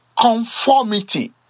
conformity